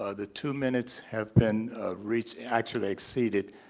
ah the two minutes have been reached actually exceeded.